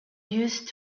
used